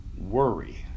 worry